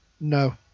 No